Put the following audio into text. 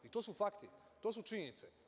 I to su fakti, to su činjenice.